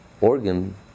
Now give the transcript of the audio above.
organ